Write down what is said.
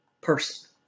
person